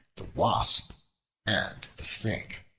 the wasp and the snake